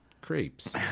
Crepes